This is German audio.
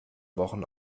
wochen